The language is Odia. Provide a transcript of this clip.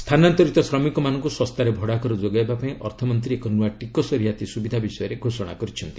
ସ୍ଥାନାନ୍ତରିତ ଶ୍ରମିକମାନଙ୍କୁ ଶସ୍ତାରେ ଭଡ଼ାଘର ଯୋଗାଇବା ପାଇଁ ଅର୍ଥମନ୍ତ୍ରୀ ଏକ ନୂଆ ଟିକସ ରିହାତି ସ୍ୱବିଧା ବିଷୟରେ ଘୋଷଣା କରିଚ୍ଛନ୍ତି